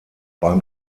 beim